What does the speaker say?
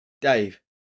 Dave